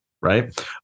right